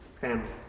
family